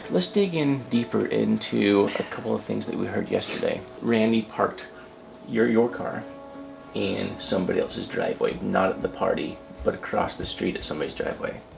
let's dig in deeper into a couple of things that we heard yesterday. randy parked your your car in somebody else's driveway, not at the party but across the street at somebody's driveway.